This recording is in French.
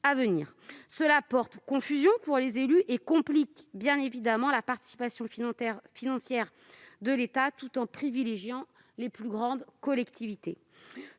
Cela porte à confusion pour les élus et complique évidemment la participation financière de l'État, tout en privilégiant les plus grandes collectivités.